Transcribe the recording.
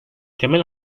temel